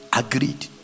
agreed